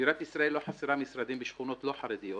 בירת ישראל לא חסרה משרדים בשכונות לא חרדיות,